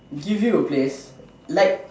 give you a place like